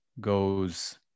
goes